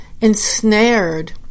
ensnared